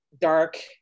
dark